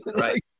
right